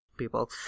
people